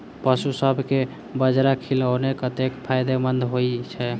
पशुसभ केँ बाजरा खिलानै कतेक फायदेमंद होइ छै?